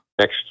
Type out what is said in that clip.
Next